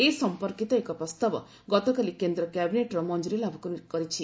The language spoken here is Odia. ଏ ସଫପର୍କିତ ଏକ ପ୍ରସ୍ତାବ ଗତକାଲି କେନ୍ଦ୍ର କ୍ୟାବିନେଟ୍ର ମଫ୍ଟୁରୀ ଲାଭ କରିଛି